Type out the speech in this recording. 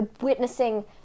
witnessing